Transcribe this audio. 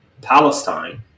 Palestine